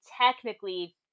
technically